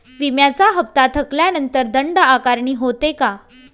विम्याचा हफ्ता थकल्यानंतर दंड आकारणी होते का?